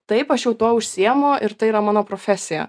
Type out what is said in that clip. taip aš jau tuo užsiimu ir tai yra mano profesija